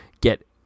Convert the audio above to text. get